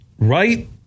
Right